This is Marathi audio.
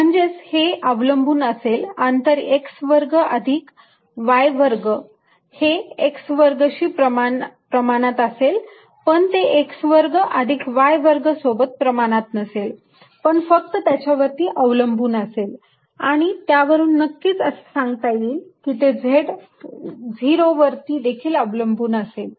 म्हणजेच हे अवलंबून असेल अंतर x वर्ग अधिक y वर्ग हे x वर्ग शी प्रमाणात असेल पण ते x वर्ग अधिक y वर्ग सोबत प्रमाणात नसेल पण फक्त त्याच्या वरती अवलंबून असेल आणि त्यावरून नक्कीच असे सांगता येईल की ते z0 वरती देखील अवलंबून असेल